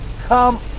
come